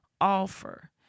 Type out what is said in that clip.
offer